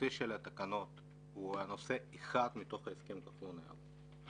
שנושא התקנות הוא נושא אחד מתוך הסכם כחלון יעלון,